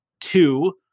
Two